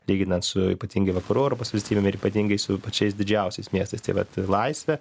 lyginant su ypatingai vakarų europos valstybėm ir ypatingai su pačiais didžiausiais miestais tai vat laisvė